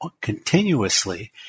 continuously